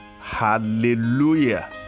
Hallelujah